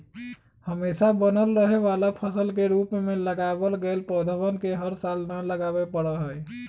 हमेशा बनल रहे वाला फसल के रूप में लगावल गैल पौधवन के हर साल न लगावे पड़ा हई